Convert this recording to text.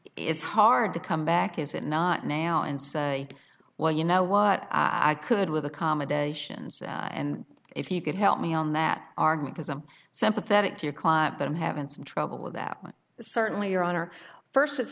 it's hard to come back is it not now and say well you know what i could with accommodations and if you could help me on that argument as i'm sympathetic to your client but i'm having some trouble with that one certainly your honor first it's